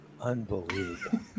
unbelievable